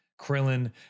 Krillin